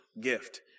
gift